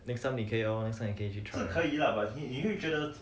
next time 你可以哦 next time 你可以去 try